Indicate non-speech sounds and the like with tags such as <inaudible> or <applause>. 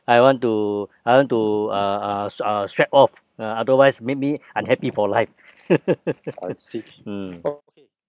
I want to I want to uh uh s~ uh swipe off uh otherwise make me unhappy for life <laughs> mm